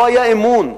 לא היה אמון,